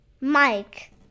Mike